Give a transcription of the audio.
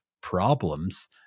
problems